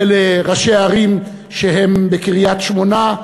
ולראשי ערים שהם בקריית-שמונה,